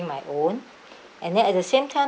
my own and then at the same time